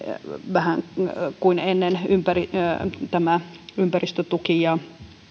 vähän kuin ennen ympäristötuki ja